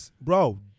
bro